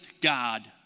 God